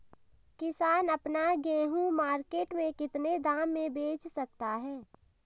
किसान अपना गेहूँ मार्केट में कितने दाम में बेच सकता है?